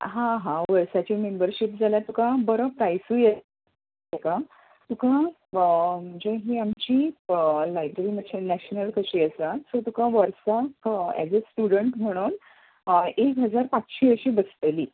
आं हां वर्साची मेंबरशीप जाल्यार तुका बरो प्रायसूय आसा तेका तुका म्हणजे ही आमची लायब्ररी मात्शी नॅशनल कशी आसा सो तुका वर्साक एज अ स्टुडंट म्हणोन एक हजार पांचशी अशी बसतली